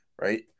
right